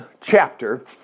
chapter